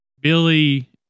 Billy